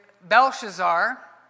Belshazzar